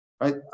right